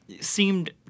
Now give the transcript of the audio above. seemed